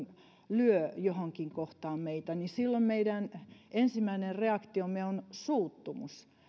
lyö johonkin kohtaan meitä silloin meidän ensimmäinen reaktiomme on suuttumus